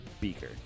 beaker